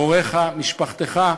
הוריך, משפחתך,